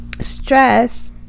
Stress